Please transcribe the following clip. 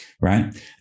right